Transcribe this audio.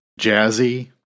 jazzy